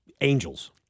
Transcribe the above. angels